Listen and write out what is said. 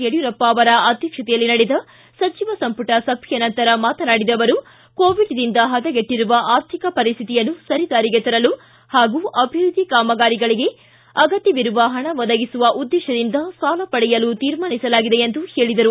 ಯಡಿಯೂರಪ್ಪ ಅವರ ಅಧ್ಯಕ್ಷತೆಯಲ್ಲಿ ನಡೆದ ಸಚಿವ ಸಂಪುಟ ಸಭೆಯ ನಂತರ ಮಾತನಾಡಿದ ಅವರು ಕೋವಿಡ್ದಿಂದ ಪದಗೆಟ್ಲಿರುವ ಆರ್ಥಿಕ ಪರಿಸ್ತಿತಿಯನ್ನು ಸರಿದಾರಿಗೆ ತರಲು ಪಾಗೂ ಅಭಿವೃದ್ದಿ ಕಾರ್ಯಗಳಿಗೆ ಅಗತ್ತವಿರುವ ಹಣ ಒದಗಿಸುವ ಉದ್ದೇತದಿಂದ ಸಾಲ ಪಡೆಯಲು ತೀರ್ಮಾನಿಸಲಾಗಿದೆ ಎಂದು ಹೇಳಿದರು